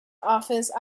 office